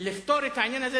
לפתור את העניין הזה,